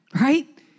right